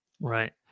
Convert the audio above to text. Right